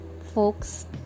Folks